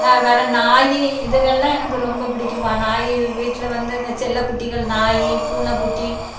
வேறே நாய் இதுங்கெல்லாம் எனக்கு ரொம்ப பிடிக்கும் வா நாய் வீட்டில் வந்து அந்த செல்லக்குட்டிகள் நாய் பூனைக்குட்டி